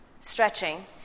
stretching